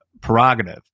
prerogative